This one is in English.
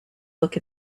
look